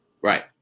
Right